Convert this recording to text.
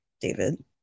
David